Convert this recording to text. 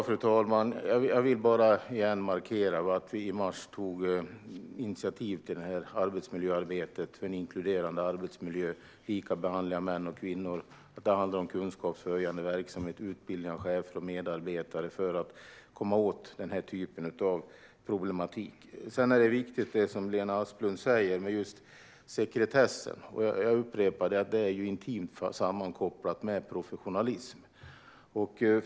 Fru talman! Jag vill bara återigen markera att vi i mars tog initiativ till det arbetsmiljöarbete som handlar om en inkluderande arbetsmiljö med likabehandling för män och kvinnor. Det handlar om en kunskapshöjande verksamhet med utbildning av chefer och medarbetare för att komma åt denna problematik. Lena Asplund talar om sekretessen, och den är väldigt viktig. Jag upprepar det jag sa tidigare: Det är intimt sammankopplat med professionalism.